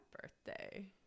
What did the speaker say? birthday